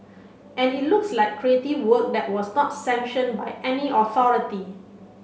and it looks like creative work that was not sanction by any authority